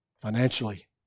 financially